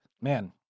man